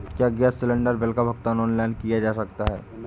क्या gas cylinder bill का भुगतान ऑनलाइन किया जा सकता है?